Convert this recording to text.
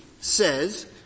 says